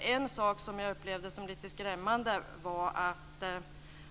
En sak som jag upplevde som lite skrämmande var att